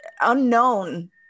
unknown